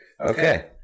Okay